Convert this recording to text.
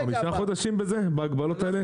אנחנו 5 חודשים בהגבלות האלה?